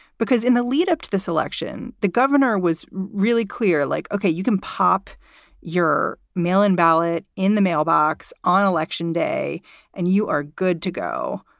because in the lead up to this election, the governor was really clear, like, ok, you can pop your mail in ballot in the mailbox on election day and you are good to go.